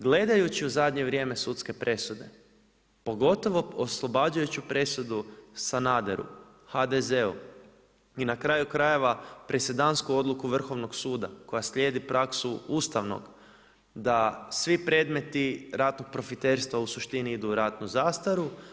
Gledajući zadnje vrijeme sudske presude, pogotovo oslobađajući presudu Sanaderu, HDZ-u i na kraju krajeva presedansku odluku Vrhovnog suda, koja slijedi praksu Ustavnog, da svi predmeti ratnog profiterska u suštini idu u ratnu zastaru.